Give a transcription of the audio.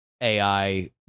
ai